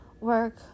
work